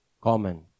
common